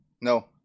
No